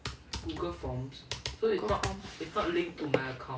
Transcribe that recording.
google form